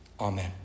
Amen